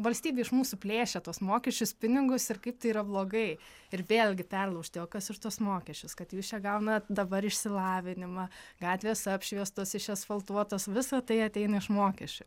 valstybė iš mūsų plėšia tuos mokesčius pinigus ir kaip tai yra blogai ir vėlgi perlaužti o kas už tuos mokesčius kad jūs čia gaunat dabar išsilavinimą gatvės apšviestos išasfaltuotos visa tai ateina iš mokesčių